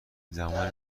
زمان